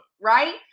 right